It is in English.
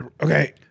Okay